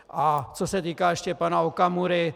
A co se týká ještě pana Okamury.